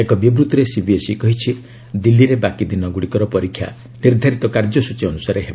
ଏକ ବିବୃଭିରେ ସିବିଏସ୍ଇ କହିଛି ଦିଲ୍ଲୀରେ ବାକି ଦିନଗୁଡ଼ିକର ପରୀକ୍ଷା ନିର୍ଦ୍ଧାରିତ କାର୍ଯ୍ୟସ୍ଟଚୀ ଅନୁସାରେ ହେବ